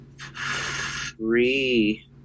three